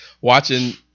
watching